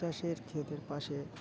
চাষের ক্ষেতের পাশে